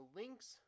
links